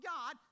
God